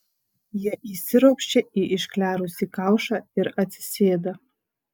jie įsiropščia į išklerusį kaušą ir atsisėda